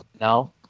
No